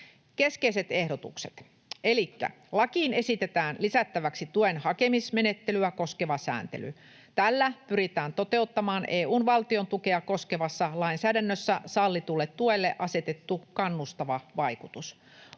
Keskeiset ehdotukset: elikkä lakiin esitetään lisättäväksi tuen hakemismenettelyä koskeva sääntely. Tällä pyritään toteuttamaan EU:n valtiontukea koskevassa lainsäädännössä sallitulle tuelle asetettu kannustava vaikutus.